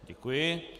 Děkuji.